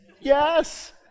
yes